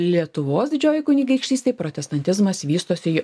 lietuvos didžiojoj kunigaikštystėj protestantizmas vystosi